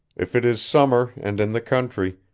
if it is summer and in the country,